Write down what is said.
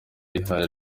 yihaye